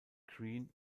green